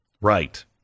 Right